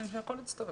אני יכול להצטרף.